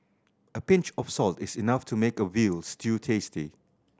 a pinch of salt is enough to make a veal stew tasty